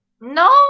No